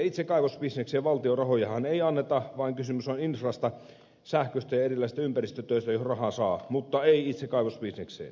itse kaivosbisnekseen valtion rahojahan ei anneta vaan kysymys on infrasta sähköstä ja erilaisista ympäristötöistä joihin rahaa saa mutta ei itse kaivosbisnekseen